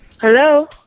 Hello